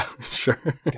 sure